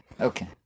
okay